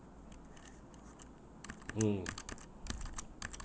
mm